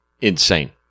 insane